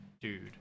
dude